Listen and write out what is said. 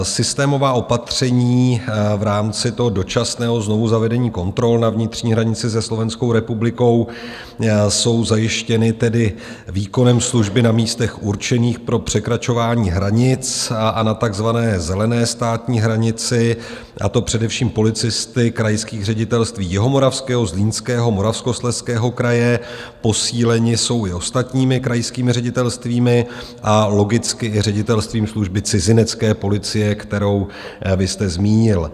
Systémová opatření v rámci dočasného znovuzavedení kontrol na vnitřní hranici se Slovenskou republikou jsou zajištěna výkonem služby na místech určených pro překračování hranic a na takzvané zelené státní hranici, a to především policisty krajských ředitelství Jihomoravského, Zlínského, Moravskoslezského kraje, posíleni jsou i ostatními krajskými ředitelstvími a logicky i Ředitelstvím služby cizinecké policie, kterou vy jste zmínil.